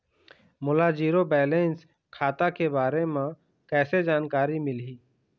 मोला zero balance खाता के बारे म कैसे जानकारी मिलही?